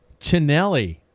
Chinelli